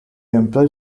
employ